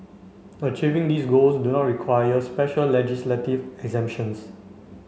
achieving these goals do not require special legislative exemptions